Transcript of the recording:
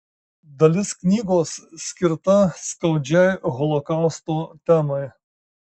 dalis knygos skirta skaudžiai holokausto temai